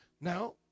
Now